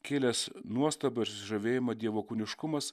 kėlęs nuostabą ir susižavėjimą dievo kūniškumas